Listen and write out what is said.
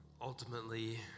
Ultimately